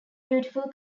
beautiful